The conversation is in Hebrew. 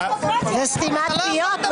זאת סתימת פיות?